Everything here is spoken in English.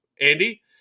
andy